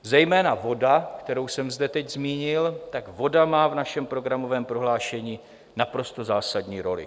Zejména voda, kterou jsem zde teď zmínil, tak voda má v našem programovém prohlášení naprosto zásadní roli.